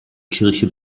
kirche